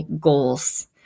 goals